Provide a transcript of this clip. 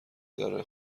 داره